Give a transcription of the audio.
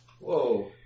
Whoa